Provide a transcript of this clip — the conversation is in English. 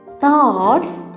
Thoughts